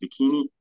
bikini